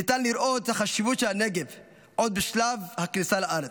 ניתן לראות את החשיבות של הנגב עוד בשלב הכניסה לארץ.